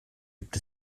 gibt